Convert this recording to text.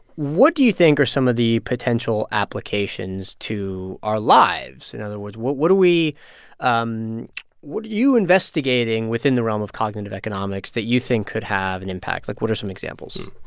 what do you think are some of the potential applications to our lives? in other words, what what do we um what are you investigating within the realm of cognitive economics that you think could have an impact? like, what are some examples?